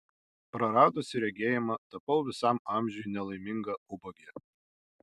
praradusi regėjimą tapau visam amžiui nelaiminga ubagė